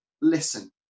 listen